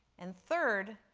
and third,